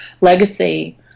legacy